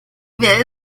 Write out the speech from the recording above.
wer